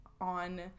on